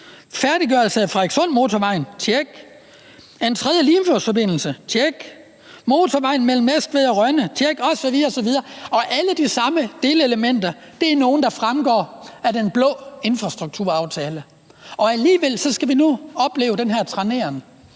færdiggørelse af Frederikssundmotorvejen, en tredje Limfjordsforbindelse, motorvejen mellem Næstved og Rønnede osv. osv. Alle delelementerne er nogle, der fremgår af den blå infrastrukturaftale. Alligevel skal vi nu opleve den her trænering.